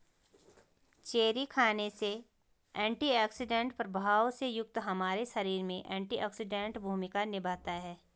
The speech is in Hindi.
चेरी खाने से एंटीऑक्सीडेंट प्रभाव से युक्त हमारे शरीर में एंटीऑक्सीडेंट भूमिका निभाता है